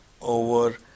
over